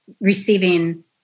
receiving